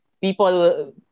People